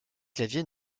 clavier